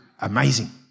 amazing